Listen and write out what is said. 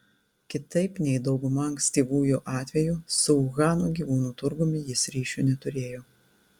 kitaip nei dauguma ankstyvųjų atvejų su uhano gyvūnų turgumi jis ryšių neturėjo